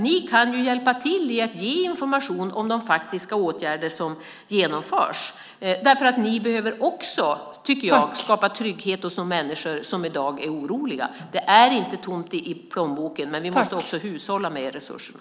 Ni kan hjälpa till genom att ge information om de faktiska åtgärder som genomförs. Ni behöver också skapa trygghet hos de människor som i dag är oroliga. Det är inte tomt i plånboken, men vi måste hushålla med resurserna.